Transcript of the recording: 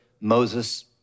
Moses